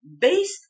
based